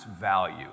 value